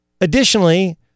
Additionally